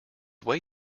way